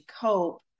cope